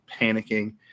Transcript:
panicking